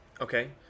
Okay